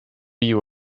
you